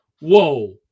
Whoa